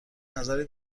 نظری